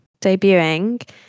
debuting